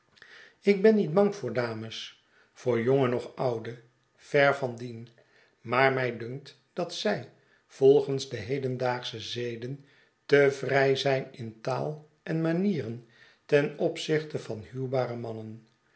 ik ben niet bang voor dames voor jonge noch oude ver van dien maar mij dunkt dat zij volgens de hedendaagsche zeden te vrij zijn in taal en manieren ten opzichte van huwbare mannen